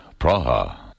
Praha